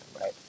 right